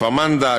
כפר-מנדא,